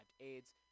AIDS